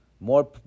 More